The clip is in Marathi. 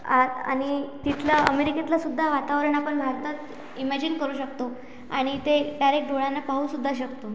आ आणि तिथलं अमेरिकेतलं सुद्धा वातावरण आपण भारतात इमॅजिन करू शकतो आणि ते डायरेक डोळ्यानं पाहू सुद्धा शकतो